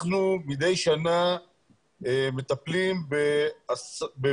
אנחנו מדי שנה מטפלים באלפים